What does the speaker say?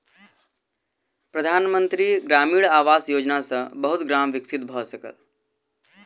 प्रधान मंत्री ग्रामीण आवास योजना सॅ बहुत गाम विकसित भअ सकल